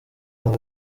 aba